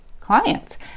clients